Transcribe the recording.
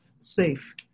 safe